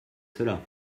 cela